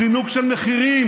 זינוק של מחירים,